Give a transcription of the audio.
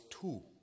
two